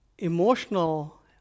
emotional